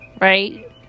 right